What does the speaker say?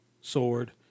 sword